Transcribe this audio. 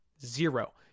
Zero